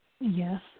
Yes